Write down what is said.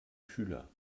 schüler